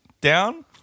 down